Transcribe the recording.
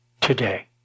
today